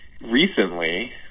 Recently